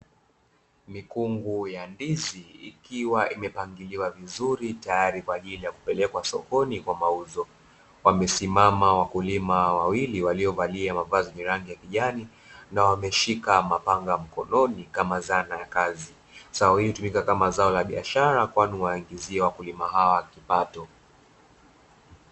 Mikungu ya ndizi ikiwa imepangiliwa vizuri tayari kwa ajili ya kupelekwa sokoni kwa mauzo, wamesimama wakulima wawili waliovalia mavazi yenye rangi ya kijani na wameshika mapanga mikononi kama zana ya kazi, zao hili hutumika kama zao la biashara kwani huwaingizia wakulima hawa kipato.